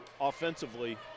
offensively